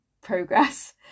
progress